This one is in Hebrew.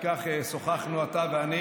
על כך שוחחנו אתה ואני.